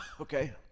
Okay